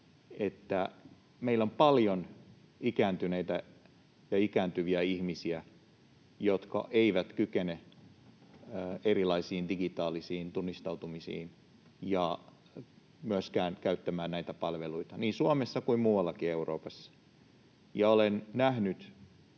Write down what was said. että meillä on paljon ikääntyneitä ja ikääntyviä ihmisiä, jotka eivät kykene erilaisiin digitaalisiin tunnistautumisiin eivätkä myöskään käyttämään näitä palveluita, niin Suomessa kuin muuallakin Euroopassa. Olen nähnyt